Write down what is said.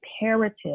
imperative